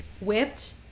Whipped